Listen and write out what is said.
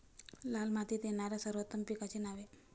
लाल मातीत येणाऱ्या सर्वोत्तम पिकांची नावे?